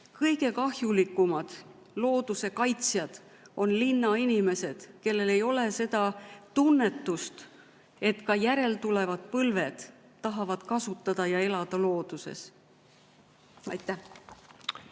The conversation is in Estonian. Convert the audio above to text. Kõige kahjulikumad looduse kaitsjad on linnainimesed, kellel ei ole seda tunnetust, et ka järeltulevad põlved tahavad kasutada loodust ja elada looduses. Aitäh!